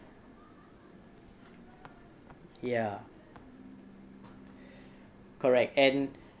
ya correct and